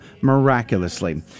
miraculously